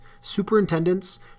superintendents